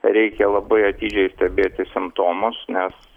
reikia labai atidžiai stebėti simptomus nes